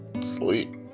sleep